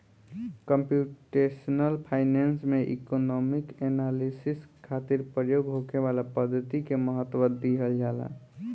computational finance में economic analysis खातिर प्रयोग होखे वाला पद्धति के महत्व दीहल जाला